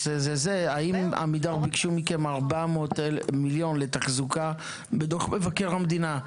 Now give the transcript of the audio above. האם עמידר ביקשו מכם 400 מיליון לתחזוקה בדוח מבקר המדינה?